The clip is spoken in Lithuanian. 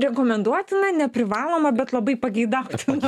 rekomenduotina neprivaloma bet labai pageidautina